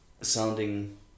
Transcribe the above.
sounding